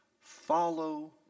Follow